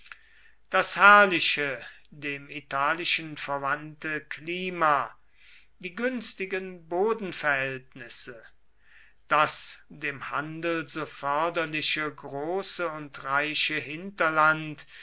das herrliche dem italischen verwandte klima die günstigen bodenverhältnisse das dem handel so förderliche große und reiche hinterland